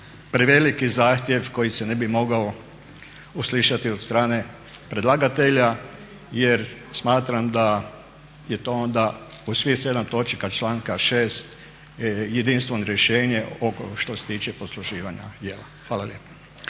preveliki zahtjev koji se ne bi mogao uslišati od strane predlagatelja jer smatram da je to onda u svih 7 točaka članka 6. jedinstveno rješenje što se tiče posluživanja jela. Hvala lijepa.